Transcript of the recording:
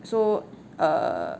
so err